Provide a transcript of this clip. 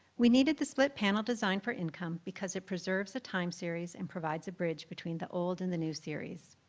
we needed the split panel design for income because it preserves the time series and provides a bridge between the old and the new series.